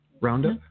Roundup